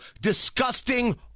Disgusting